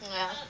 ya